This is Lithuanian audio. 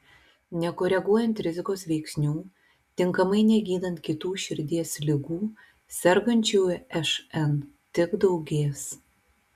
nekoreguojant rizikos veiksnių tinkamai negydant kitų širdies ligų sergančiųjų šn tik daugės